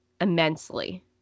immensely